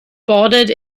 bordered